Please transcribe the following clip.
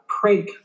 prank